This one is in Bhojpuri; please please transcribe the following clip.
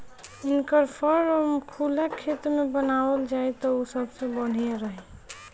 इनकर फार्म खुला खेत में बनावल जाई त उ सबसे बढ़िया रही